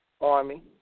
army